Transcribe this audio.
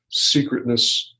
secretness